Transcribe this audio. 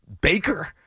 Baker